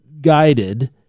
guided